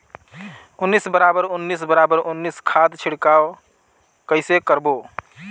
उन्नीस बराबर उन्नीस बराबर उन्नीस खाद छिड़काव कइसे करबो?